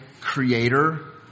creator